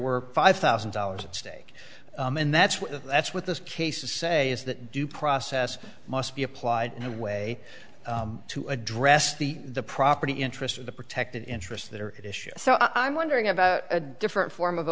were five thousand dollars at stake and that's what that's what this case to say is that due process must be applied the way to address the the property interest of the protected interests that are at issue so i'm wondering about a different form of a